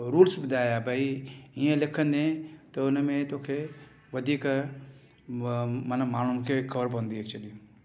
rules ॿुधाया भई इअं लिखंदे त हुन में तोखे वधीक माना माण्हुनि खे ख़बर पवंदी एक्चुली